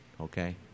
Okay